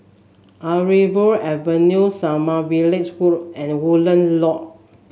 Arimbun Avenue Sommervilles Walk and Woodland Loop